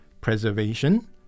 preservation